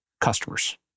customers